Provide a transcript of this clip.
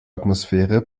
atmosphäre